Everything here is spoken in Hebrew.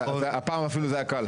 הפעם אפילו זה היה קל.